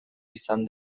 izan